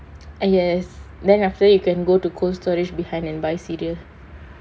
ah yes then after that you can go to cold storage behind and buy cereal